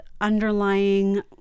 underlying